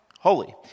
holy